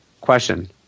Question